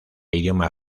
idioma